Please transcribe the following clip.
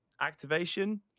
activation